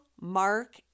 Mark